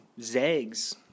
Zags